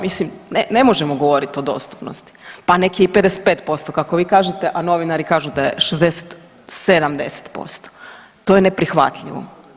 Mislim, ne možemo govoriti o dostupnosti, pa nek je i 55%, kako vi kažete, a novinari kažu da je 60, 70%, to je neprihvatljivo.